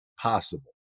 possible